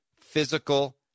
physical